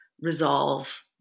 resolve